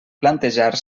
plantejar